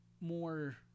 more